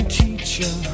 teacher